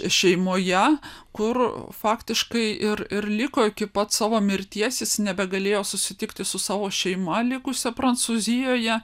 šeimoje kur faktiškai ir ir liko iki pat savo mirties jis nebegalėjo susitikti su savo šeima likusia prancūzijoje